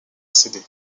céder